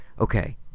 Okay